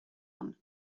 ann